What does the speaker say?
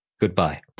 Goodbye